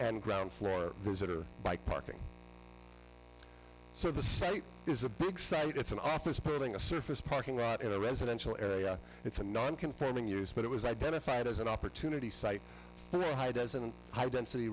and ground floor to bike parking so the site is a big side it's an office building a surface parking lot in a residential area it's a non conforming use but it was identified as an opportunity site high doesn't high density